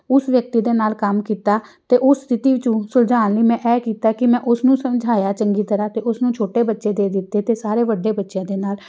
ਉਸ ਵਿਅਕਤੀ ਦੇ ਨਾਲ ਕੰਮ ਕੀਤਾ ਅਤੇ ਉਸ ਸਥਿਤੀ ਵਿੱਚ ਸੁਲਝਾਉਣ ਲਈ ਮੈਂ ਇਹ ਕੀਤਾ ਕਿ ਮੈਂ ਉਸਨੂੰ ਸਮਝਾਇਆ ਚੰਗੀ ਤਰ੍ਹਾਂ ਅਤੇ ਉਸਨੂੰ ਛੋਟੇ ਬੱਚੇ ਦੇ ਦਿੱਤੇ ਅਤੇ ਸਾਰੇ ਵੱਡੇ ਬੱਚਿਆਂ ਦੇ ਨਾਲ